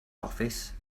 office